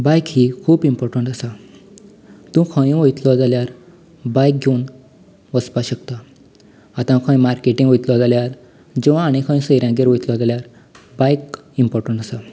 बायक ही खूब इम्पॉर्टंट आसा तूं खंयय वयतलो जाल्यार बायक घेवून वचपा शकता आतां खंय मार्केटींत वयतलो जाल्यार ज्यो आनीक खंय सोयऱ्यांगेर वयतलो जाल्यार बायक इम्पॉर्टंट आसा